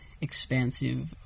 expansive